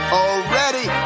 already